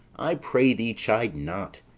i pray thee chide not.